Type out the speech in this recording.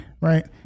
right